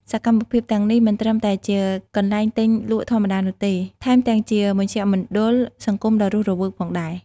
សកម្មភាពទាំងនេះមិនត្រឹមតែជាកន្លែងទិញលក់ធម្មតានោះទេ ថែមទាំងជាមជ្ឈមណ្ឌលសង្គមដ៏រស់រវើកផងដែរ។